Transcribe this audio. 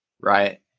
Right